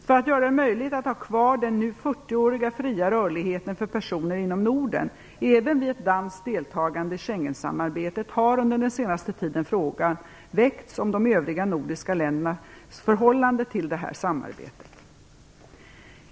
För att göra det möjligt att ha kvar den nu 40-åriga fria rörligheten för personer inom Norden, även vid ett danskt deltagande i Schengensamarbetet, har under den senaste tiden frågan väckts om de övriga nordiska ländernas förhållande till detta samarbete.